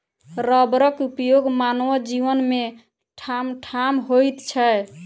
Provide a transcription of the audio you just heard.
रबरक उपयोग मानव जीवन मे ठामठाम होइत छै